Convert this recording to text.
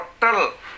total